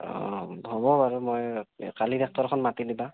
অ' হ'ব বাৰু মই কালি ট্ৰেক্টৰখন মাতি দিবা